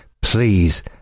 Please